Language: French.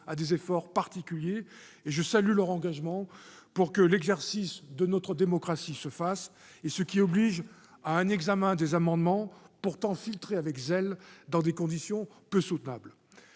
à des efforts particuliers- je salue leur engagement pour que notre démocratie puisse s'exercer -et conduit à un examen des amendements, pourtant filtrés avec zèle, dans des conditions peu soutenables.